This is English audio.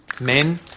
Men